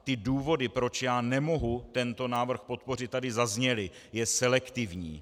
Ty důvody, proč já nemohu tento návrh podpořit, tady zazněly je selektivní.